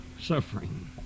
suffering